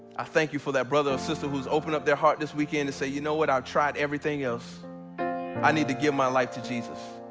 i thank you for that brother or sister, who's opened up their heart this weekend and say, you know what? i tried everything else i need to give my life to jesus.